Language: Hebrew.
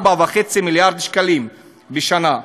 4.5 מיליארד שקלים בשנה,